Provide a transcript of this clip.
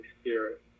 Spirit